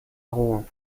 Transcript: rouen